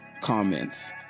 comments